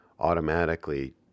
automatically